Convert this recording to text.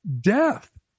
death